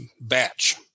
batch